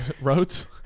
Roads